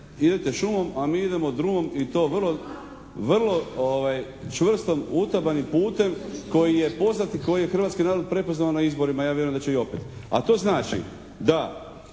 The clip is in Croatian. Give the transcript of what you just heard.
idete šumom a mi idemo drumom i to vrlo čvrsto utabanim putem koji je poznat i koji je hrvatski narod prepoznao na izborima, ja vjerujem da će i opet a to znači da